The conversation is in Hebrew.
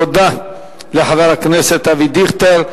תודה לחבר הכנסת אבי דיכטר.